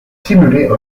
simulait